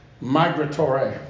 migratory